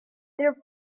their